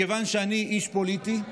מכיוון שאני איש פוליטי,